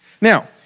Now